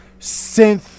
synth